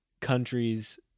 countries